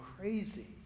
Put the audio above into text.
crazy